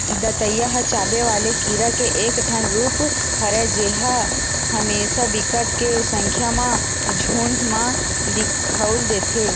दतइया ह चाबे वाले कीरा के एक ठन रुप हरय जेहा हमेसा बिकट के संख्या म झुंठ म दिखउल देथे